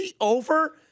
over